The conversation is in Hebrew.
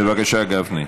בבקשה, אדוני.